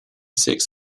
six